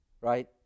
right